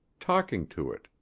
talking to it,